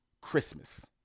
Christmas